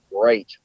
great